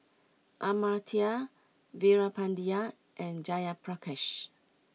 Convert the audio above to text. Amartya Veerapandiya and Jayaprakash